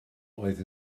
oedd